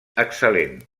excel·lent